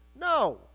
No